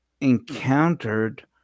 encountered